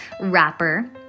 rapper